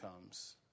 comes